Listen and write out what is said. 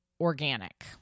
organic